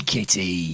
Kitty